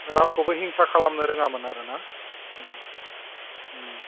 रावखौबो हिंसा खालामनो रोङामोन आरो ना